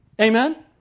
Amen